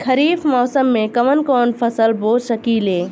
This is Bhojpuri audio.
खरिफ मौसम में कवन कवन फसल बो सकि ले?